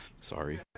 Sorry